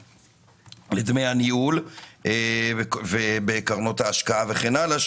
לדמי הניהול בקרנות ההשקעה וכן הלאה,